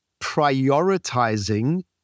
prioritizing